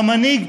הפוליטי.